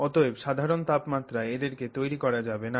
অতএব সাধারণ তাপমাত্রায় এদের কে তৈরি করা যাবে না